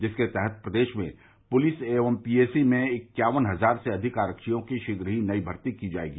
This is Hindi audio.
जिसके तहत प्रदेश में पुलिस एवं पीएसी में इक्यावन हजार से अधिक आरिक्षयों की शीघ्र ही नई भर्ती की जायेगी